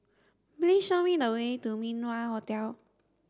please show me the way to Min Wah Hotel